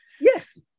Yes